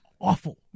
awful